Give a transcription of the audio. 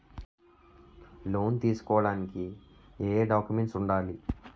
Loan తీసుకోడానికి ఏయే documents వుండాలి?